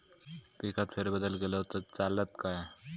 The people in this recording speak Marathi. पिकात फेरबदल केलो तर चालत काय?